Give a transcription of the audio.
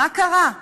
מה קרה?